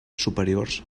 superiors